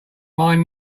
mine